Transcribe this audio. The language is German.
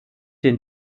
den